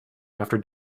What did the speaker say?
after